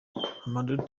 hamadoun